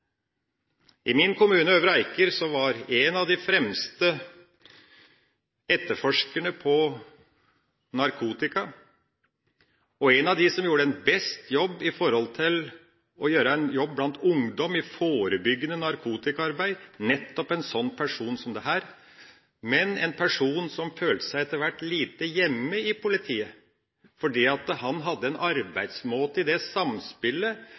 i. I min kommune, Øvre Eiker, var en av de fremste etterforskerne på narkotika, og en av dem som gjorde best jobb blant ungdom i forebyggende narkotikaarbeid, nettopp en slik person, men en person som etter hvert følte seg lite hjemme i politiet fordi han hadde en arbeidsmåte i det samspillet